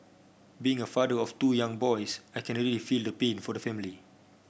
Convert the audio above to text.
being a father of two young boys I can really feel the pain for the family